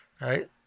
Right